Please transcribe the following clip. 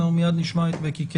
מיד נשמע את בקי.